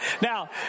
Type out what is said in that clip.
Now